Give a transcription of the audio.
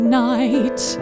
night